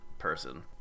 person